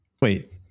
wait